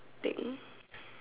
thing